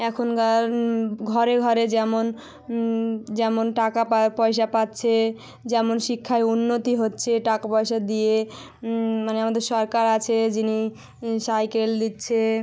এখনগা ঘরে ঘরে যেমন যেমন টাকা পা পয়সা পাচ্ছে যেমন শিক্ষায় উন্নতি হচ্ছে টাকা পয়সা দিয়ে মানে আমাদের সরকার আছে যিনি সাইকেল দিচ্ছে